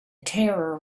terror